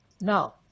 Now